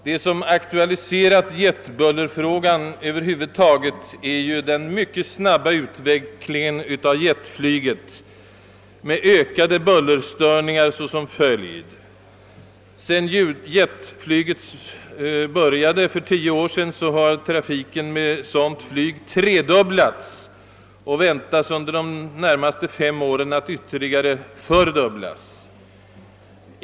Det som aktualiserat jetbullerfrågan över huvud taget är ju den mycket snabba utvecklingen av jetflyget med ökade bullerstörningar som följd. Sedan jetflyget började för tio år tillbaka har trafiken med sådant flyg tredubblats och väntas under de närmaste fem åren ytterligare fördubblas.